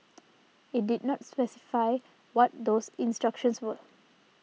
it did not specify what those instructions were